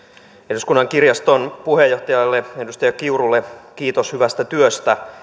eduskunnan kirjaston puheenjohtajalle edustaja kiurulle kiitos hyvästä työstä